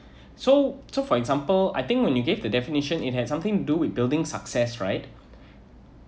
so so for example I think when you gave the definition it had something do with building success right